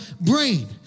brain